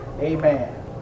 Amen